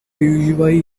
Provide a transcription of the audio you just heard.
využívají